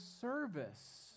service